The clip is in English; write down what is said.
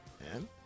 man